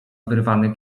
wyrwany